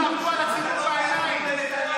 תשיגו 61. אל תעבדו על הציבור בעיניים.